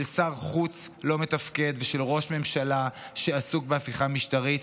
שר חוץ לא מתפקד ושל ראש ממשלה שעסוק בהפיכה משטרית.